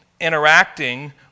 interacting